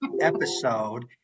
Episode